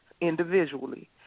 individually